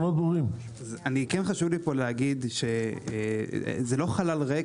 כן חשוב לי להגיד שזה לא חלל ריק,